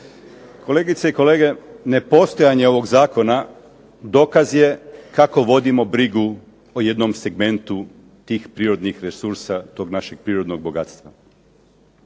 Kolegice i kolege nepostojanje ovog zakona dokaz je kako vodimo brigu o jednom segmentu tih prirodnih resursa toga našeg prirodnog bogatstva.